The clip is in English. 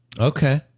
Okay